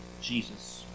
Jesus